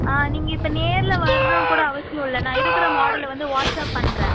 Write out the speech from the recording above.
ஆ நீங்கள் இப்போ நேரில் வர்ணுன்னு கூட அவசியம் இல்லை நான் இருக்கிற மாடலை வந்து வாட்ஸ்ஆப் பண்ணுறேன்